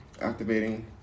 activating